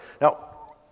Now